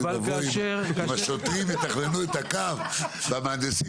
אם השוטרים יתכננו את הקו והמהנדסים